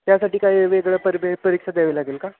त्यासाठी काही वेगळं परबे परीक्षा द्यावी लागेल का